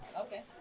Okay